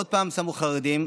עוד פעם שמו חרדים.